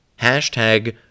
hashtag